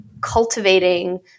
cultivating